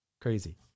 Crazy